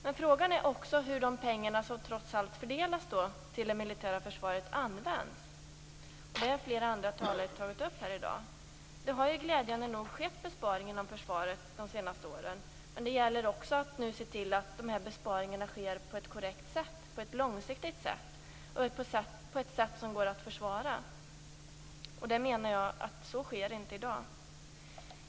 Men sedan är frågan hur de pengar som trots allt fördelas till det militära försvaret används. Den har flera andra talare tagit upp här i dag. Det har glädjande nog skett besparingar inom försvaret de senaste åren. Nu gäller det att se till att besparingarna sker på ett korrekt och långsiktigt sätt, på ett sätt som går att försvara. Så sker inte i dag.